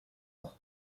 ans